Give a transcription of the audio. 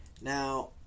Now